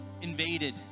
invaded